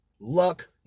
luck